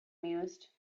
mused